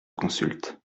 consultent